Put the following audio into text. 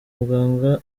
muganga